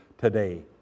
today